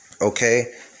Okay